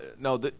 No